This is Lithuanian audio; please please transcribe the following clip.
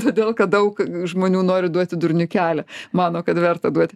todėl kad daug žmonių nori duoti durniui kelią mano kad verta duoti